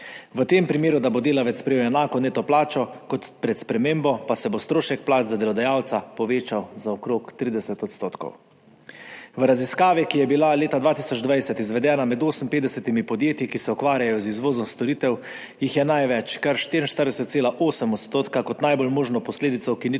V primeru, da bo delavec prejel enako neto plačo kot pred spremembo, pa se bo strošek plač za delodajalca povečal za okrog 30 %. V raziskavi, ki je bila leta 2020 izvedena med 58 podjetji, ki se ukvarjajo z izvozom storitev, jih je največ, kar 44,8 %, kot najbolj možno posledico ukinitve